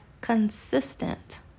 consistent